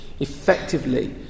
Effectively